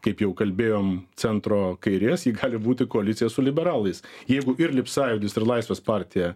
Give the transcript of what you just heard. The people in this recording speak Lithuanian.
kaip jau kalbėjom centro kairės ji gali būti koalicija su liberalais jeigu ir libsąjūdis ir laisvės partija